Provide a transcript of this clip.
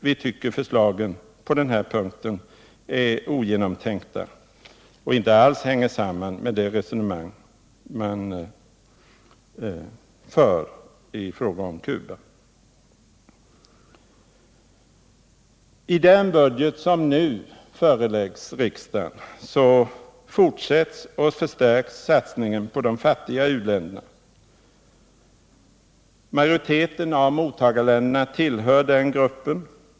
Vi tycker att deras förslag på den här punkten är ogenomtänkta och alls inte hänger samman med deras resonemang om Cuba. I den budget som nu föreläggs riksdagen fortsätts och förstärks satsningen på de fattiga u-länderna. Majoriteten av mottagarländerna tillhör denna grupp.